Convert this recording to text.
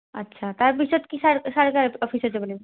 আচ্ছা তাৰপিছত কি চা চাৰ্কল অফিচত যাব লাগিব